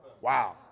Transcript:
Wow